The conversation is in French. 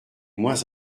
moins